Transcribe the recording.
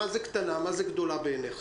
מה זה קטנה ומה זה גדולה בעיניך?